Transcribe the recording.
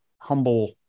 humble